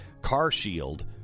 carshield